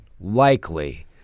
likely